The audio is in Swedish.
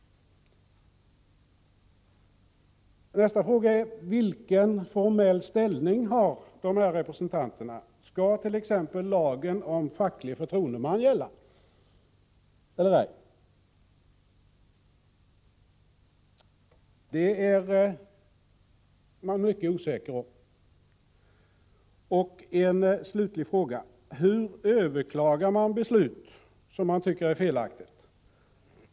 Nästa fråga är: Vilken formell ställning har de här representanterna? Skall t.ex. lagen om facklig förtroendeman gälla eller ej? Det är man mycket osäker om. En slutlig fråga: Hur överklagar man beslut som man tycker är felaktiga?